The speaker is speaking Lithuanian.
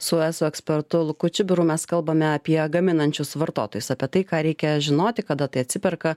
su eso ekspertu luku čibiru mes kalbame apie gaminančius vartotojus apie tai ką reikia žinoti kada tai atsiperka